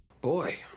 Boy